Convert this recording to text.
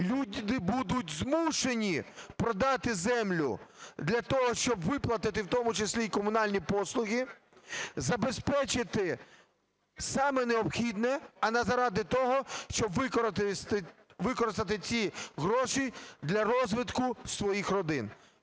люди будуть змушені продати землю для того, щоб виплатити в тому числі і комунальні послуги, забезпечити саме необхідне, а не заради того, щоб використати ці гроші для розвитку своїх родин.